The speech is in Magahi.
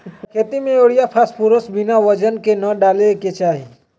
का खेती में यूरिया फास्फोरस बिना वजन के न डाले के चाहि?